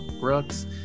brooks